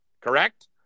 correct